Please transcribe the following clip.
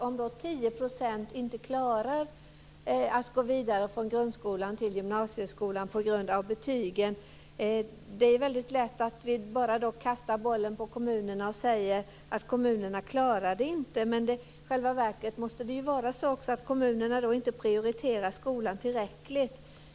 Det är 10 % av eleverna som inte klarar att gå vidare från grundskolan till gymnasieskolan på grund av betygen. Det är lätt att då överlåta bollen på kommunerna och säga att kommunerna inte klarar detta. Men i själva verket måste det vara så att kommunerna inte prioriterar skolan tillräckligt.